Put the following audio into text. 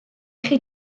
chi